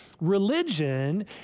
Religion